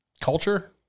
culture